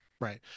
Right